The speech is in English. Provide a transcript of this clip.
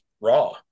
raw